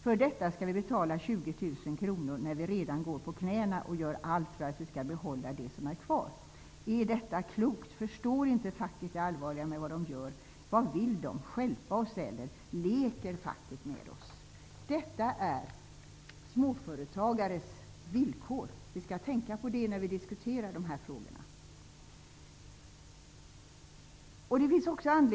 För detta skall vi betala 20 000 kr när vi redan går på knäna och gör allt för att vi skall behålla de som är kvar. Är detta klokt! Förstår inte facket det allvarliga med vad de gör? Vad vill de? Stjälpa oss eller ...? Leker facket med oss? Detta är småföretagares villkor. Vi skall tänka på det när vi diskuterar de här frågorna.